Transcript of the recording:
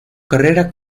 carrera